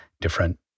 different